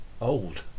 old